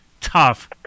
tough